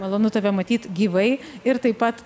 malonu tave matyt gyvai ir taip pat